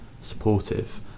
supportive